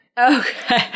Okay